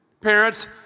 parents